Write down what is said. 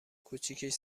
کوچیکش